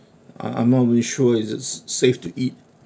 I'm I'm not very sure is it safe to eat